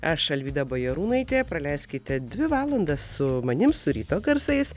aš alvyda bajarūnaitė praleiskite dvi valandas su manim su ryto garsais